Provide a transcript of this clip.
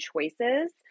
choices